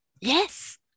Yes